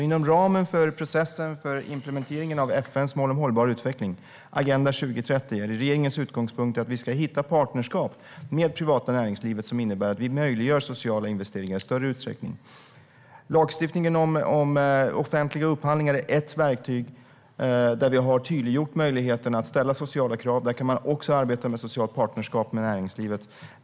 Inom ramen för processen för implementeringen av FN:s mål om hållbar utveckling, Agenda 2030, är regeringens utgångspunkt att vi ska hitta partnerskap med det privata näringslivet som innebär att vi möjliggör sociala investeringar i större utsträckning. Lagstiftningen om offentliga upphandlingar är ett verktyg där vi har tydliggjort möjligheten att ställa sociala krav. Där kan man också arbeta med socialt partnerskap med näringslivet.